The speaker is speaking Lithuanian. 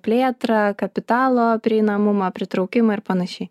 plėtrą kapitalo prieinamumą pritraukimą ir panašiai